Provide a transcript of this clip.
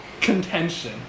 contention